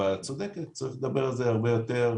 אבל את צודקת: צריך לדבר על זה הרבה יותר,